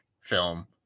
film